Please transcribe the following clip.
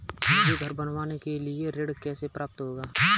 मुझे घर बनवाने के लिए ऋण कैसे प्राप्त होगा?